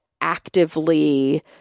actively